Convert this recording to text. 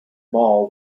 ball